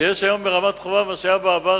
שיש היום ברמת-חובב מה שהיה בעבר,